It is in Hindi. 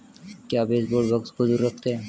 क्या बेसबोर्ड बग्स को दूर रखते हैं?